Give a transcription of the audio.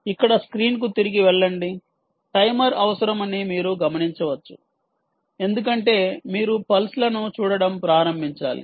ఇక్కడ స్క్రీన్కు తిరిగి వెళ్లండి టైమర్ అవసరమని మీరు గమనించవచ్చు ఎందుకంటే మీరు పల్స్ లను చూడటం ప్రారంభించాలి